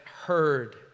heard